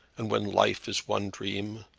and when life is one dream.